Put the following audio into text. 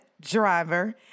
driver